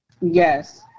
Yes